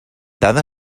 dada